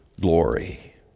glory